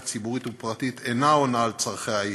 ציבורית ופרטית איננה עונה על צורכי העיר,